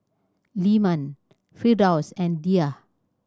Leman Firdaus and Dhia